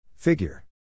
Figure